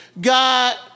God